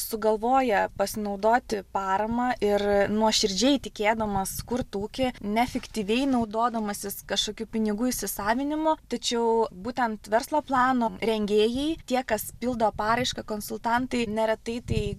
sugalvoja pasinaudoti parama ir nuoširdžiai tikėdamas kurt ūkį ne fiktyviai naudodamasis kažkokiu pinigų įsisavinimu tačiau būtent verslo plano rengėjai tie kas pildo paraišką konsultantai neretai tai